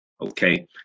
Okay